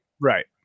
right